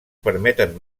permeten